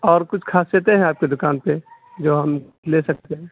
اور کچھ خاصیتیں ہیں آپ کے دکان پہ جو ہم لے سکتے ہیں